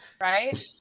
Right